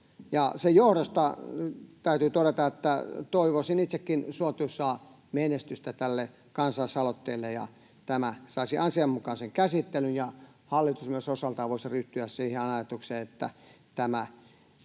Sen johdosta täytyy todeta, että toivoisin itsekin suotuisaa menestystä tälle kansalaisaloitteelle ja että tämä saisi asianmukaisen käsittelyn ja että hallitus myös osaltaan voisi yhtyä siihen ajatukseen, niin että tämä